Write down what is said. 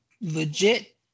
legit